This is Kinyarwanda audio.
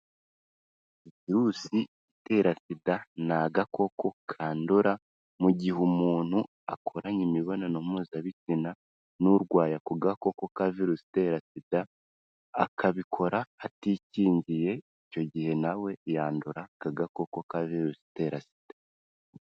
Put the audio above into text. Virusi itera sida ni agakoko kandura mu gihe umuntu akoranye imibonano mpuzabitsina n'urwaye ako gakoko ka virusitera sida akabikora atikingiye, icyo gihe na we yandura aka gakoko ka virusi itera sida.